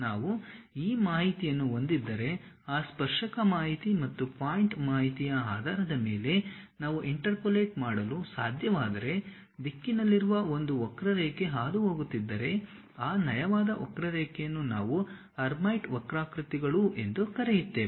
ನಾವು ಈ ಮಾಹಿತಿಯನ್ನು ಹೊಂದಿದ್ದರೆ ಆ ಸ್ಪರ್ಶಕ ಮಾಹಿತಿ ಮತ್ತು ಪಾಯಿಂಟ್ ಮಾಹಿತಿಯ ಆಧಾರದ ಮೇಲೆ ನಾವು ಇಂಟರ್ಪೋಲೇಟ್ ಮಾಡಲು ಸಾಧ್ಯವಾದರೆ ದಿಕ್ಕಿನಲ್ಲಿರುವ ಒಂದು ವಕ್ರರೇಖೆ ಹಾದುಹೋಗುತ್ತಿದ್ದರೆ ಆ ನಯವಾದ ವಕ್ರರೇಖೆಯನ್ನು ನಾವು ಹರ್ಮೈಟ್ ವಕ್ರಾಕೃತಿಗಳು ಎಂದು ಕರೆಯುತ್ತೇವೆ